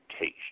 taste